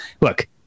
look